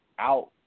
out